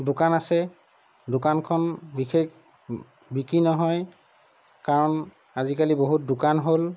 দোকান আছে দোকানখন বিশেষ বিক্ৰী নহয় কাৰণ আজিকালি বহুত দোকান হ'ল